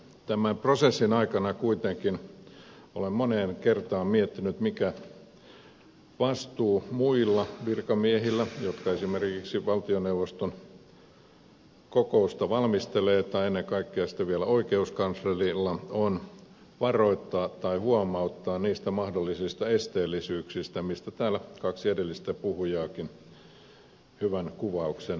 tämän prosessin aikana olen kuitenkin moneen kertaan miettinyt mikä vastuu muilla virkamiehillä jotka esimerkiksi valtioneuvoston kokousta valmistelevat ja ennen kaikkea oikeuskanslerilla on varoittaa tai huomauttaa niistä mahdollisista esteellisyyksistä mistä täällä kaksi edellistä puhujaakin hyvän kuvauksen antoi